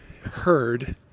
heard